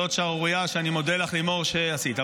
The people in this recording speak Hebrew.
זאת שערורייה, ואני מודה לך, לימור, שעשית.